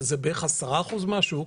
שזה בערך 10% מהשוק,